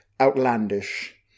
outlandish